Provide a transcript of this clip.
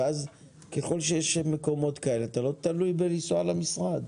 ככל שיש מקומות כאלה, אתה לא תלוי בנסיעה למשרד.